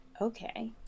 okay